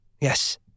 Yes